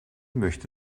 möchte